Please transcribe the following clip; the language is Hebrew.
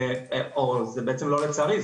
או זה בעצם לא לצערי,